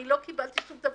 אני לא קיבלתי שום דבר.